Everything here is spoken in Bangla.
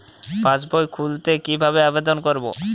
পাসবই খুলতে কি ভাবে আবেদন করব?